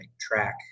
track